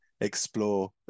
explore